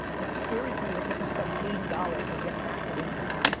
it's scary to me that you can spend eighty dollars and get massive insights.